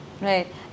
Right